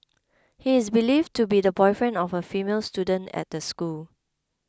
he is believed to be the boyfriend of a female student at the school